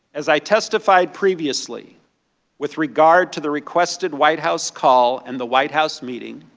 as i testified previously with regard to the requested white house call and the white house meeting,